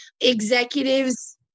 Executives